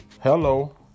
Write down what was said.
Hello